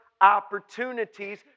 opportunities